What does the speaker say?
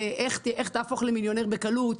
זה איך תהפוך למיליונר בקלות,